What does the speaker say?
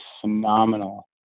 phenomenal